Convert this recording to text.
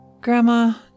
Grandma